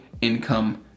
income